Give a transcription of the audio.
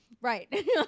Right